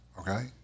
Okay